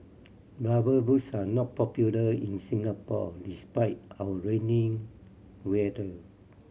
Rubber Boots are not popular in Singapore despite our rainy weather